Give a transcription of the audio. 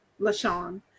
LaShawn